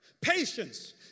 patience